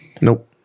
nope